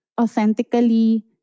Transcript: authentically